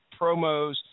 promos